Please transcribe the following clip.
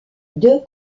deux